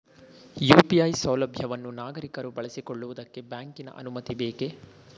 UPI ಸೌಲಭ್ಯವನ್ನು ನಾಗರಿಕರು ಬಳಸಿಕೊಳ್ಳುವುದಕ್ಕೆ ಬ್ಯಾಂಕಿನ ಅನುಮತಿ ಬೇಕೇ?